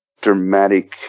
dramatic